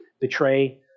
betray